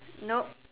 nope